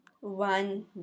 one